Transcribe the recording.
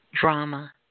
drama